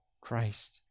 Christ